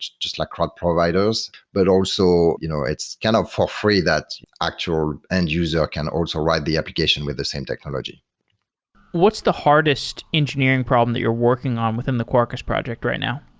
just like cloud providers, but also you know it's kind of for free that actual end user can also write the application with the same technology what's the hardest engineering problem that you're working on within the quarkus project right now?